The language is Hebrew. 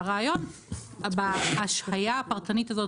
והרעיון בהשהיה הפרטנית הזאת,